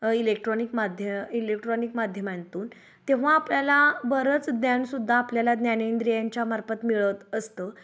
electronic माध्य electronic माध्यमांतून तेव्हा आपल्याला बरंच ज्ञान सुद्धा आपल्याला ज्ञानेयंद्रियांच्या मार्फत मिळत असतं